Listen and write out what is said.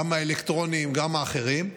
גם האלקטרוניים, גם האחרים,